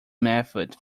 method